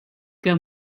que